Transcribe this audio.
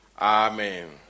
amen